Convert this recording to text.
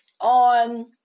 on